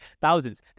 thousands